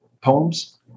poems